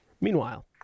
Meanwhile